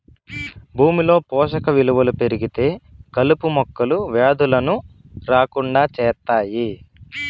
భూమిలో పోషక విలువలు పెరిగితే కలుపు మొక్కలు, వ్యాధులను రాకుండా చేత్తాయి